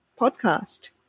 podcast